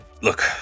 Look